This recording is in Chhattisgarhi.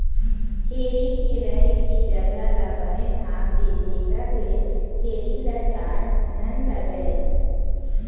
छेरी के रहें के जघा ल बने ढांक दे जेखर ले छेरी ल जाड़ झन लागय